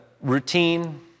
routine